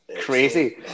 crazy